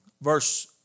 verse